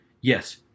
yes